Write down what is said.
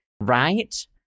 Right